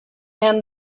and